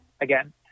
again